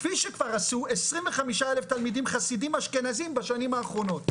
כפי שכבר עשו 25,000 תלמידים חסידים אשכנזים בשנים האחרונות,